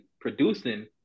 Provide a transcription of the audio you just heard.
producing